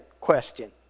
question